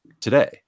today